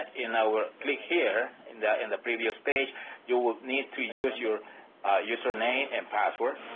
in our click here in the in the previous page you need to use your username and password.